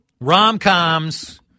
Rom-coms